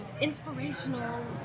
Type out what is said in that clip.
inspirational